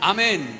Amen